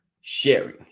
Sharing